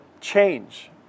change